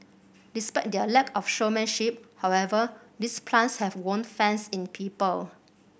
despite their lack of showmanship however these plants have won fans in people